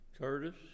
Curtis